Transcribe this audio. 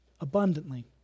abundantly